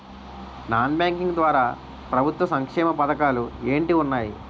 Non banking ద్వారా ప్రభుత్వ సంక్షేమ పథకాలు ఏంటి ఉన్నాయి?